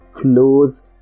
flows